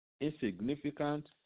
insignificant